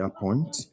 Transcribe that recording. point